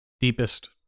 Deepest